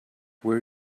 where